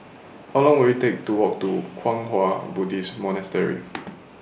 How Long Will IT Take to Walk to Kwang Hua Buddhist Monastery